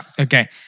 Okay